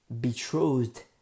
Betrothed